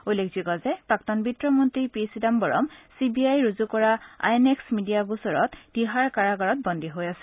উল্লেখযোগ্য যে প্ৰাক্তন বিত্তমন্তী পি চিদাম্বৰম চি বি আইয়ে ৰুজু কৰা আই এন এক্স মিডিয়াৰ গোচৰত তিহাৰ কাৰাগাৰত বন্দী হৈ আছে